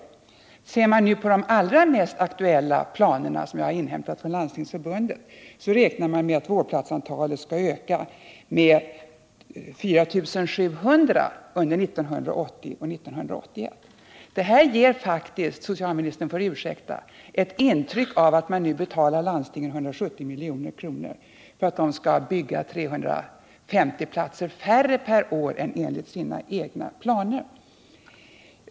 Överenskommelse lär nu ha träffats mellan regeringen och Landstingsförbundet om 10 000 nya långvårdsplatser under fem år — 2 000 platser per år — och om ett statligt bidrag för dessa på 170 milj.kr. per år under 1980 och 1981.